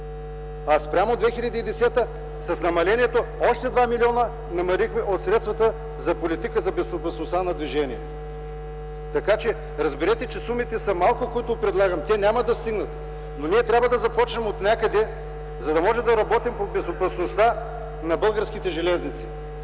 А спрямо 2010 г., с намалението, още два милиона намалихме от средствата за политика за безопасността на движение. Разберете, че сумите са малки, които предлагам, че няма да стигнат, но ние трябва да започнем отнякъде, за да можем да работим по безопасността на българските железници.